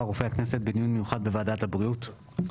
רופא הכנסת בדיון מיוחד בוועדת הבריאות'.